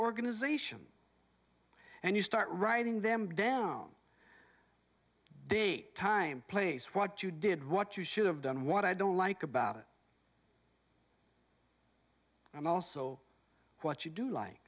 organization and you start writing them down date time place what you did what you should have done what i don't like about it and also what you do like